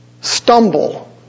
stumble